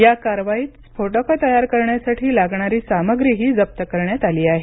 या कारवाईत स्फोटकं तयार करण्यासाठी लागणारी सामग्रीही जप्त करण्यात आली आहे